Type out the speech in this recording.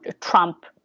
Trump